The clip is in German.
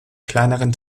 kleineren